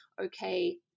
okay